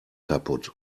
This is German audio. kaputt